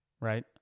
right